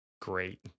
Great